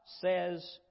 says